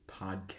podcast